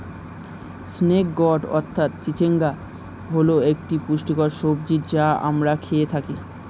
snake gourd অর্থাৎ চিচিঙ্গা হল একটি পুষ্টিকর সবজি যা আমরা খেয়ে থাকি